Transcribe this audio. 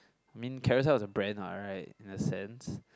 mean Carousell is a brand what right in a sense